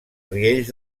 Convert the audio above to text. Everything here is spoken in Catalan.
riells